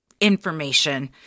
information